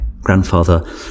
grandfather